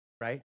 right